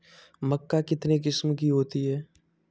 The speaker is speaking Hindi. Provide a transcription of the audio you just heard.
मक्का कितने किस्म की होती है?